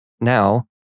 Now